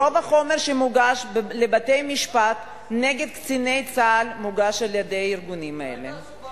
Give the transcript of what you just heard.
רוב החומר שהוגש לבתי-משפט נגד קציני צה"ל מוגש על-ידי הארגונים האלה.